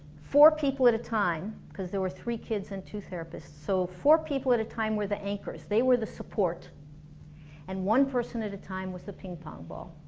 four people at a time, cause there were three kids and two therapists, so four people at a time were the anchors they were the support and one person at a time was the ping pong ball